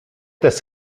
des